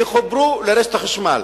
יחוברו לרשת החשמל.